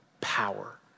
power